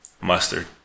Mustard